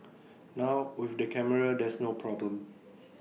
now with the camera there's no problem